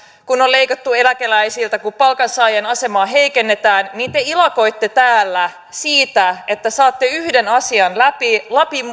kun on leikattu eläkeläisiltä kun palkansaajien asemaa heikennetään niin te ilakoitte täällä siitä että saatte yhden asian läpi